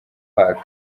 pac